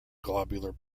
globular